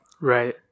Right